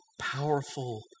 powerful